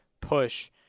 push